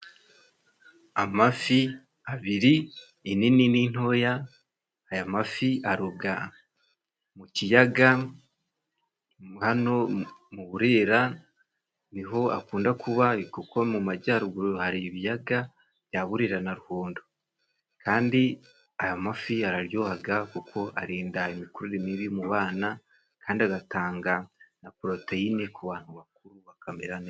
Amafi abiri inini n' intoya, aya mafi arobwa mu kiyaga hano mu Burera ni ho akunda kuba, kuko mu majyaruguru hari ibiyaga bya Burira na rRhondo. Kandi aya mafi araryohaga kuko arinda imikurire mibi mu bana, kandi agatanga na poroteyine ku bantu bakuru bakamera neza.